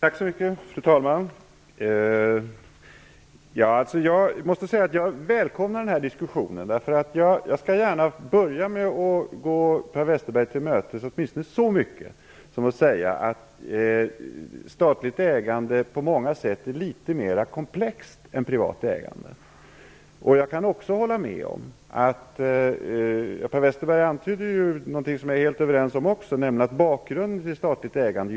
Fru talman! Jag välkomnar denna diskussion. Jag börjar med att gå Per Westerberg till mötes genom att säga att statligt ägande på många sätt är litet mer komplext än privat ägande. Jag håller också med om att bakgrunden till statligt ägande kraftigt varierar, något som Per Westerberg antydde.